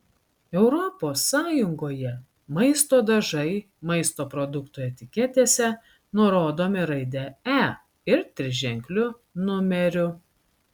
europos sąjungoje maisto dažai maisto produktų etiketėse nurodomi raide e ir triženkliu numeriu